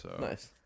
nice